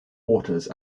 waters